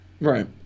Right